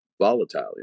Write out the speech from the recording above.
volatile